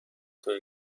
توئه